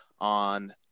on